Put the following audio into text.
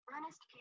Ernest